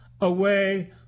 away